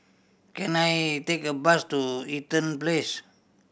can I take a bus to Eaton Place